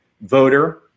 voter